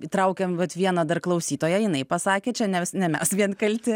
įtraukėm vat vieną dar klausytoją jinai pasakė čia ne ne mes vien kalti